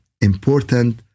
important